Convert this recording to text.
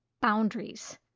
boundaries